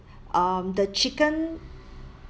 um the chicken